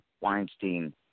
Weinstein